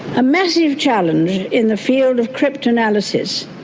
a massive challenge in the field of cryptanalysis,